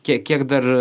kiek kiek dar